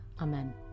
Amen